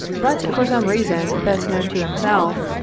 but for some reason best known to himself,